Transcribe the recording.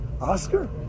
Oscar